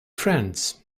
friends